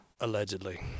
allegedly